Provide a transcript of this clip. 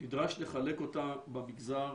נדרש לחלק אותה במגזר